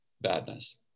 badness